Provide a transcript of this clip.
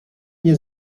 nie